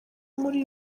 muri